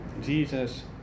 Jesus